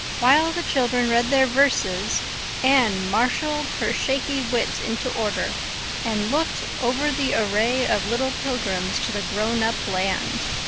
while the children read their verses anne marshalled her shaky wits into order and looked over the array of little pilgrims to the grownup land.